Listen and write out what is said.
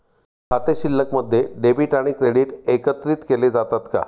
खाते शिल्लकमध्ये डेबिट आणि क्रेडिट एकत्रित केले जातात का?